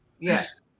yes